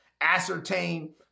ascertain